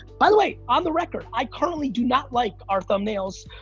by the way, on the record, i currently do not like our thumbnails,